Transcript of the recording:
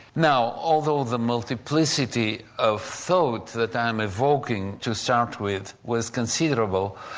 now although the multiplicity of thought that i'm evoking to start with was considerable,